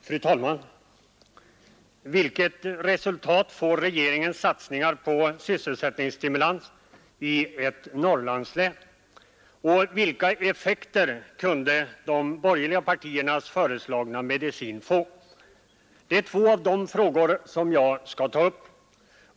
Fru talman! Vilket resultat får regeringens satsningar på sysselsättningsstimulans i ett norrlandslän? Och vilka effekter kunde de borgerliga partiernas föreslagna medicin få? Det är två av de frågor som jag skall ta upp.